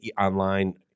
online